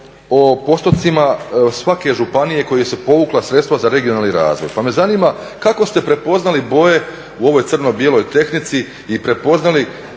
o postocima svake županije koje su povukle sredstva za regionalni razvoj. Pa me zanima kako ste prepoznali boje u ovoj crno bijeloj tehnici i prepoznali